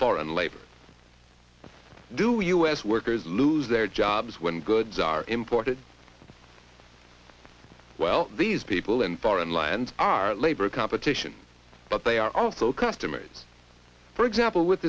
foreign labor do u s workers lose their jobs when goods are imported well these people in foreign lands are labor competition but they are also customers for example with